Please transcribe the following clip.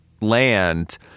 land